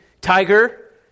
tiger